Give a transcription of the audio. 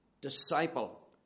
disciple